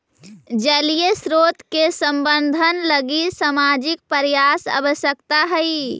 जलीय स्रोत के संवर्धन लगी सामाजिक प्रयास आवश्कता हई